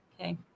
Okay